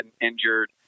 injured